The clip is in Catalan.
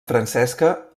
francesca